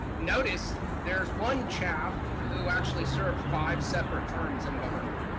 notice there's one chap who actually served five separate terms in government.